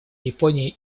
японии